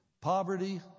poverty